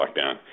lockdown